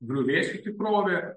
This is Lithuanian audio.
griuvėsių tikrovė